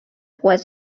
was